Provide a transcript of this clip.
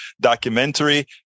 documentary